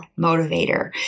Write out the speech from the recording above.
motivator